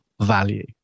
value